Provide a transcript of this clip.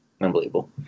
Unbelievable